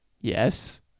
yes